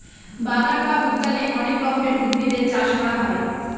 বাগান বা উদ্যানে অনেক রকমের উদ্ভিদের চাষ করা হয়